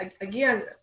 again